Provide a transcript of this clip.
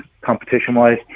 competition-wise